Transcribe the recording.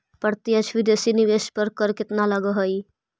प्रत्यक्ष विदेशी निवेश पर कर केतना लगऽ हइ?